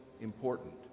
important